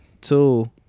two